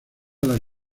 las